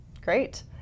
great